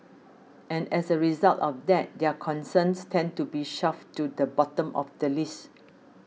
and as a result of that their concerns tend to be shoved to the bottom of the list